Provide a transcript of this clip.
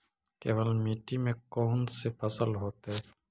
केवल मिट्टी में कौन से फसल होतै?